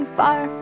far